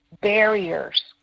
barriers